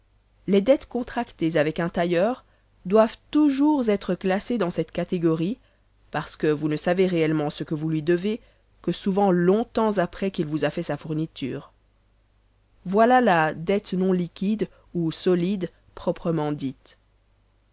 les dettes contractées avec un tailleur doivent toujours être classées dans cette catégorie parce que vous ne savez réellement ce que vous lui devez que souvent long-temps après qu'il vous a fait sa fourniture voilà la dette non liquide ou solide proprement dite